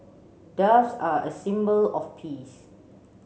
doves are a symbol of peace